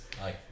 Hi